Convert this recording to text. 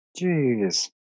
Jeez